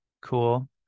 Cool